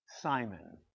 Simon